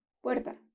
puerta